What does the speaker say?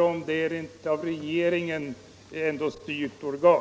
om det är ett regeringsstyrt organ.